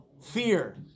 Fear